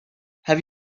have